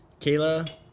Kayla